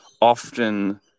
often